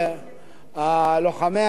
זה הישג חשוב ביותר.